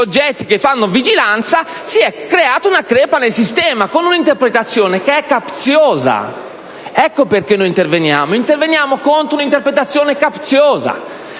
che fanno vigilanza, si è creata una crepa nel sistema, con un'interpretazione che è capziosa, e per questo interveniamo. Interveniamo, in sostanza, contro un'interpretazione capziosa